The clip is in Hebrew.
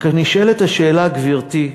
רק נשאלת השאלה, גברתי,